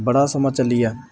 ਬੜਾ ਸਮਾਂ ਚੱਲੀ ਆ